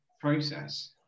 process